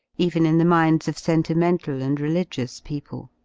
even in the minds of sentimental and religious people.